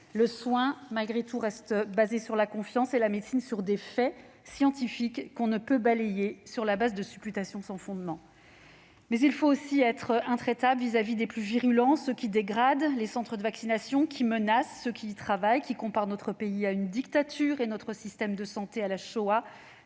Le soin, malgré tout, reste basé sur la confiance et la médecine sur des faits scientifiques, que l'on ne peut balayer sur la base de supputations sans fondements. Mais il faut aussi être intraitable vis-à-vis des plus virulents, ceux qui dégradent les centres de vaccination, qui menacent les personnes y travaillant, qui comparent notre pays à une dictature et notre système de santé à la Shoah.